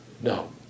No